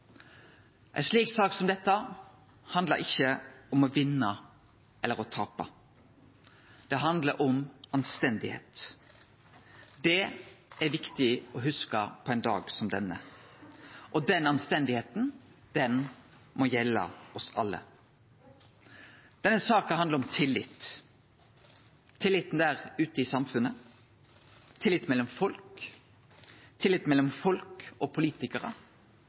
Ei sak som dette handlar ikkje om å vinne eller å tape; det handlar om anstendigheit. Det er det viktig å hugse på ein dag som denne. Og den anstendigheita må gjelde oss alle. Denne saka handlar om tillit – tillit der ute i samfunnet, tillit mellom folk, tillit mellom folk og politikarar,